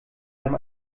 allem